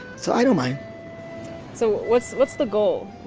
so i don't mind so, what's what's the goal?